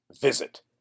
visit